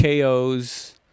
KOs